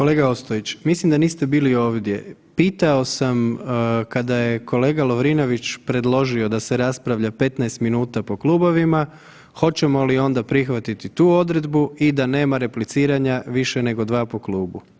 Kolega Ostojić, mislim da niste bili ovdje, pitao sam kada je kolega Lovrinović predložio da se raspravlja 15 minuta po klubovima hoćemo li onda prihvatiti tu odredbu i da nema repliciranja više nego 2 po klubu.